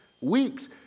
weeks